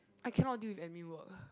I cannot deal with admin work uh